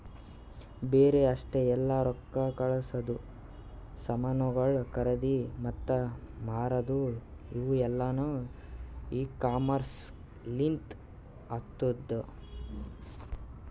ಬರೇ ಅಷ್ಟೆ ಅಲ್ಲಾ ರೊಕ್ಕಾ ಕಳಸದು, ಸಾಮನುಗೊಳ್ ಖರದಿ ಮತ್ತ ಮಾರದು ಇವು ಎಲ್ಲಾನು ಇ ಕಾಮರ್ಸ್ ಲಿಂತ್ ಆತ್ತುದ